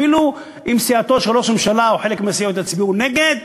אפילו אם סיעתו של ראש הממשלה או חלק מהסיעות יצביעו נגד,